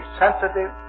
sensitive